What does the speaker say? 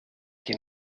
que